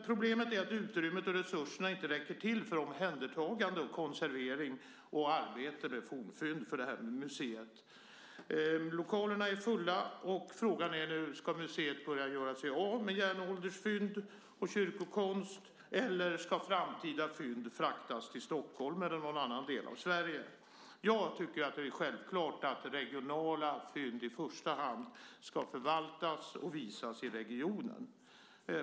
Problemet är att utrymmet och resurserna för museet inte räcker till för omhändertagande av fornfynden och för arbetet med konservering av dem. Lokalerna är fulla och frågan är nu om museet ska börja göra sig av med järnåldersfynd och kyrkokonst eller om framtida fynd ska fraktas till Stockholm eller någon annan del av Sverige. Jag tycker att det är självklart att regionala fynd i första hand ska förvaltas och visas i regionen.